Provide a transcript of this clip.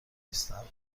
نیستند